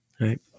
right